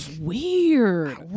weird